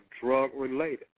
drug-related